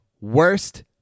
Worst